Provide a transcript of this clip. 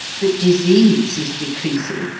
that disease is decreasing,